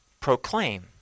proclaim